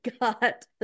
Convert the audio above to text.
got